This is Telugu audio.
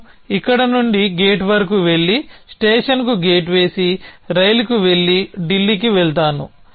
నేను ఇక్కడ నుండి గేట్ వరకు వెళ్లి స్టేషన్కు గేట్ చేసి రైలుకు వెళ్లి ఢిల్లీకి వెళతాను